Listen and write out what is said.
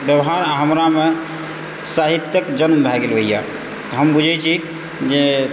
व्यवहार आ हमरामे साहित्यक जन्म भए गेल ओहिया हम बुझै छी जे